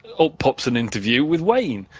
up pops an interview with wayne.